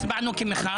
אנחנו לא הצבענו כמחאה.